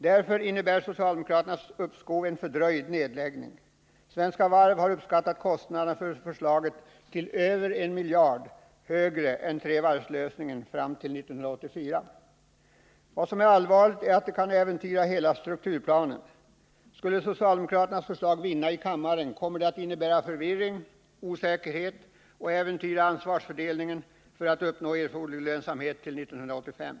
Därför skulle det av socialdemokraterna föreslagna uppskovet bara innebära en fördröjning av nedläggningen. Svenska Varv AB har uppskattat att kostnaderna för detta alternativ fram till 1984 överstiger kostnaderna för trevarvsalternativet med mer än 1 miljard kronor. Det allvarliga är att hela strukturplanen skulle äventyras. Skulle socialdemokraternas förslag vinna här i kammaren, skulle det innebära mera förvirring och osäkerhet, och det skulle äventyra ansvarsfördelningen för uppnåendet av erforderlig lönsamhet till 1985.